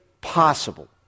possible